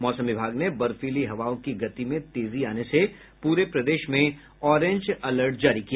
मौसम विभाग ने बर्फीली हवाओं की गति में तेजी आने से पूरे प्रदेश में ऑरेंज अलर्ट जारी किया